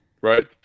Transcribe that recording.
right